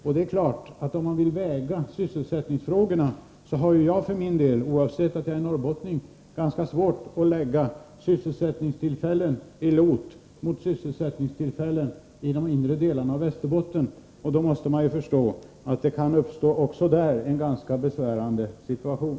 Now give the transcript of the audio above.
Oavsett att jag är norrbottning skulle jag ha svårt att väga sysselsättningstillfällen i Los mot sysselsättningstillfällen i de inre delarna av Västerbotten. Man måste förstå att det även där kan uppstå en ganska besvärande situation.